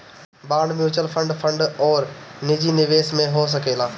bond mutual fund अउरी निजी निवेश में हो सकेला